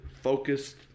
focused